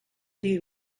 dir